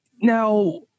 now